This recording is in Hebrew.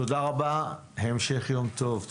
תודה רבה לכם, המשך יום טוב.